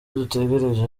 dutegereje